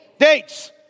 Dates